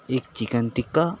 ایک چکن ٹکا